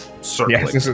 circling